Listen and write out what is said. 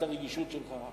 את הרגישות שלך,